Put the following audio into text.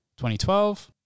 2012